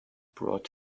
brought